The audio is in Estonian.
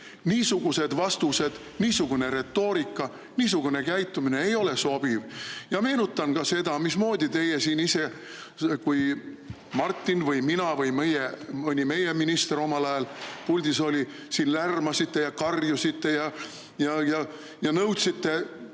niisugused vastused, niisugune retoorika, niisugune käitumine ei ole sobiv. Ja meenutan ka seda, mismoodi teie siin ise, kui Martin või mina või mõni meie minister omal ajal puldis oli, siin lärmasite ja karjusite ja nõudsite,